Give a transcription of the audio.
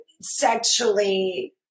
sexually